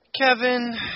Kevin